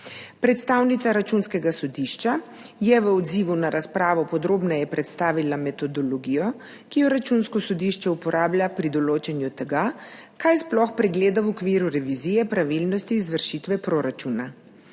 Predstavnica Računskega sodišča je v odzivu na razpravo podrobneje predstavila metodologijo, ki jo Računsko sodišče uporablja pri določanju tega, kaj sploh pregleda v okviru revizije pravilnosti izvršitve proračuna.